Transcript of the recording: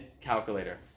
calculator